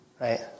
right